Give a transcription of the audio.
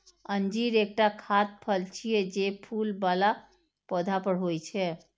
अंजीर एकटा खाद्य फल छियै, जे फूल बला पौधा पर होइ छै